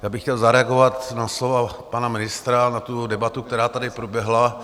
Já bych chtěl zareagovat na slova pana ministra a na debatu, která tady proběhla.